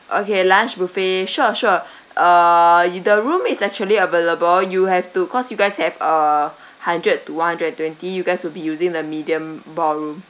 okay lunch buffet sure sure err the room is actually available you have to cause you guys have a hundred to one hundred and twenty you guys will be using the medium ballroom